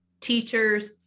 teachers